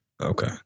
Okay